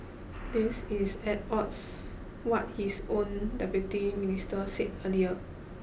this is at odds what his own Deputy Minister said earlier